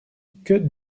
que